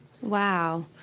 Wow